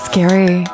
Scary